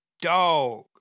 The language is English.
dog